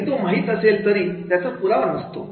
जरी तो माहीत असेल तरी त्याचा पुरावा नसतो